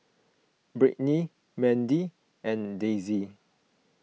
Brittney Mandie and Daisie